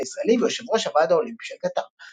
הישראלי ויושב ראש הוועד האולימפי של קטר.